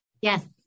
Yes